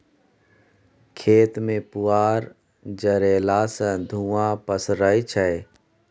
खेत मे पुआर जरएला सँ धुंआ पसरय छै